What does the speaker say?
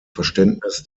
verständnis